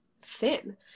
thin